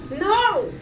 No